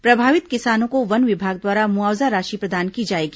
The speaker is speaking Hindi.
प्रभावित किसानों को वन विभाग द्वारा मुआवजा राशि प्रदान की जाएगी